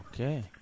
Okay